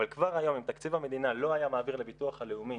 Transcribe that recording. אבל כבר היום אם תקציב המדינה לא היה מעביר לביטוח הלאומי